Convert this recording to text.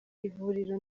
ivuriro